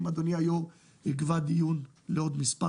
אם אדוני היושב-ראש יקבע דיון לעוד מספר